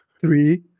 three